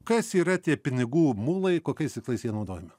kas yra tie pinigų mulai kokiais tikslais jie naudojami